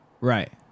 right